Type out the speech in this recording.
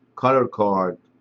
color card,